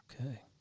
Okay